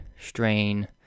strain